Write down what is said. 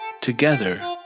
Together